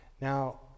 Now